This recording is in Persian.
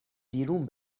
بیرون